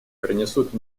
принесут